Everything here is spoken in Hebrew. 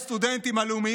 הסטודנטים הלאומיים,